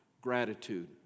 gratitude